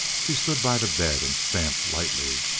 she stood by the bed and stamped lightly.